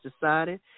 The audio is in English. decided